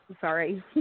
sorry